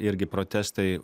irgi protestai